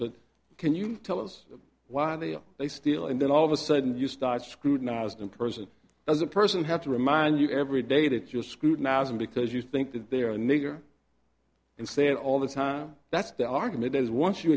that can you tell us why they are they still and then all of a sudden you start scrutinized and person does a person have to remind you every day that you're scrutinizing because you think that they're a nigger and say it all the time that's the argument as once you